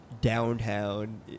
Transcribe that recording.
downtown